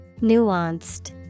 Nuanced